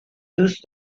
دوست